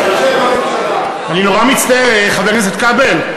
אני נורא מצטער, חבר הכנסת כבל.